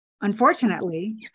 Unfortunately